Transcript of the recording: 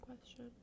question